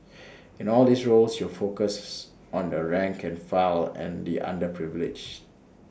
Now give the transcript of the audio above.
in all these roles your focus is on the rank and file and the underprivileged